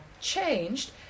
changed